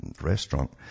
restaurant